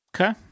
Okay